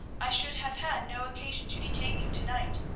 i should have had no occasion to detain you to-night.